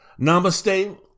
Namaste